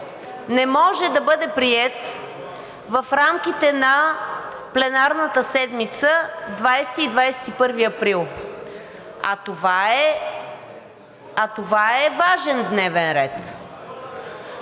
не може да бъде приет в рамките на пленарната седмица, 20 – 21 април, а това е важен дневен ред.